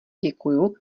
děkuju